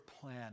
plan